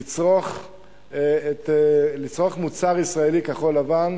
לצרוך מוצר ישראלי כחול-לבן.